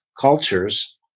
cultures